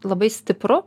labai stipru